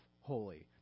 holy